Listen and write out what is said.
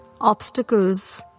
obstacles